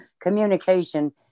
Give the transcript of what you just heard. communication